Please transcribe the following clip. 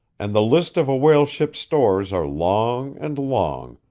and the lists of a whaleship's stores are long and long,